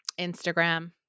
Instagram